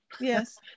Yes